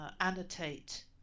annotate